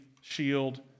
shield